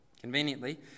Conveniently